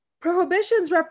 prohibitions